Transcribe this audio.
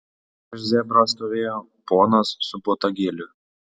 prieš zebrą stovėjo ponas su botagėliu